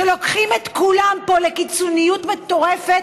שלוקחים את כולם פה לקיצוניות מטורפת